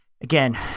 Again